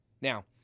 Now